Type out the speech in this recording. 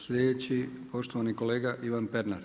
Sljedeći, poštovani kolega Ivan Pernar.